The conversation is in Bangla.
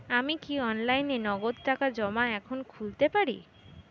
আমি কি অনলাইনে নগদ টাকা জমা এখন খুলতে পারি?